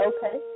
Okay